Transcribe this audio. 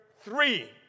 three